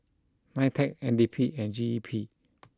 Nitec N D P and G E P